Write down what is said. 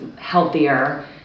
healthier